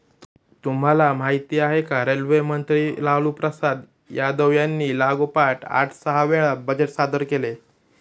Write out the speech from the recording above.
तुम्हाला माहिती आहे का? रेल्वे मंत्री लालूप्रसाद यादव यांनी लागोपाठ आठ सहा वेळा बजेट सादर केले